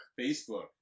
Facebook